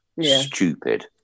Stupid